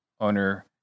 owner